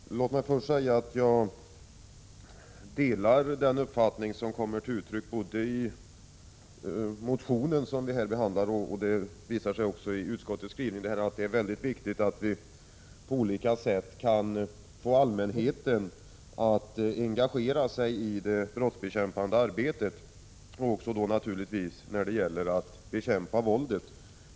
Herr talman! Låt mig först säga att jag delar den uppfattning som kommer till uttryck både i motionen och i utskottets skrivning, nämligen att det är väldigt viktigt att vi på olika sätt kan få allmänheten att engagera sig i det brottsbekämpande arbetet, och naturligtvis också när det gäller att bekämpa våldet.